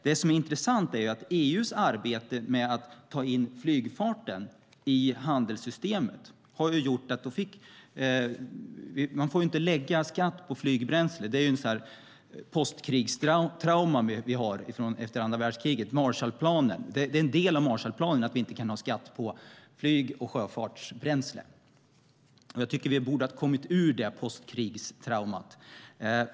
Det intressanta är EU:s arbete med att ta in flygfarten i handelssystemet. Man får inte lägga skatt på flygbränsle. Det är ett post-krigstrauma efter andra världskriget. Det är en del av Marshallplanen att vi inte kan ta ut skatt på flyg och sjöfartsbränsle. Jag tycker att vi borde ha kommit ur post-krigstraumat.